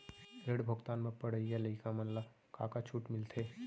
ऋण भुगतान म पढ़इया लइका मन ला का का छूट मिलथे?